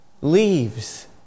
leaves